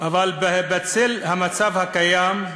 אבל בצל המצב הקיים,